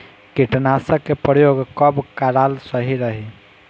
कीटनाशक के प्रयोग कब कराल सही रही?